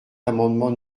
l’amendement